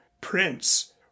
prince